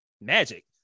magic